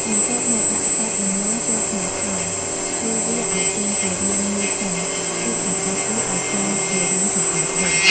បន្ទាប់មកដាក់សាច់ដំឡូងចូលក្នុងថង់ ធ្វើវាឲ្យចេញជារាងមូលសិន ទើបសង្កត់វាឲ្យចេញជារាងសំប៉ែតវិញ។